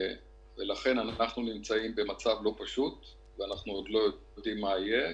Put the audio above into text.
אנחנו נמצאים במצב לא פשוט ואנחנו עוד לא יודעים מה יהיה.